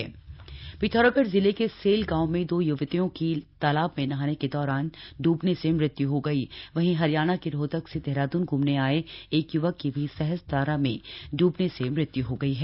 डूबने से मौत पिथौरागढ़ जिले के सेल गांव में दो युवतियों की तालाब में नहाने के दौरान डूबने से मौत हो गयी वहीं हरियाणा के रोहतक से देहरादून घूमने आये एक युवक की भी सहस्त्रधारा में डूबने से मौत हो गयी है